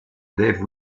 dave